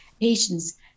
patients